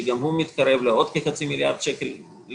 שגם הוא מתקרב לעוד כחצי מיליארד שקל בשנה.